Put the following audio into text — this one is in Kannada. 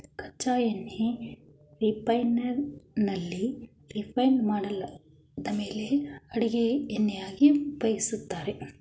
ಕಚ್ಚಾ ಎಣ್ಣೆನ ರಿಫೈನರಿಯಲ್ಲಿ ರಿಫೈಂಡ್ ಮಾಡಿದ್ಮೇಲೆ ಅಡಿಗೆ ಎಣ್ಣೆಯನ್ನಾಗಿ ಉಪಯೋಗಿಸ್ತಾರೆ